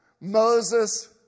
Moses